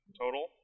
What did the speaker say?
total